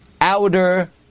outer